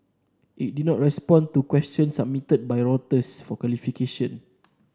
it did not respond to questions submitted by Reuters for clarification